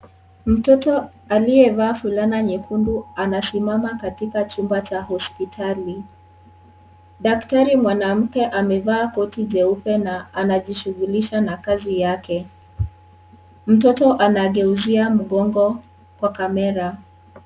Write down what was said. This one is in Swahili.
Mtoto aliyevaa fulana nyekundu anasimama katika chumba cha hospitali. Daktari mwanamke amevaa koti jeupe na anajishughulisha na kazi yake. Mtoto anageuzia mgongo kwa kamera.